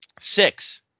Six